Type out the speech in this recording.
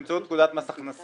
למה באמצעות פקודת מס הכנסה,